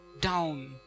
down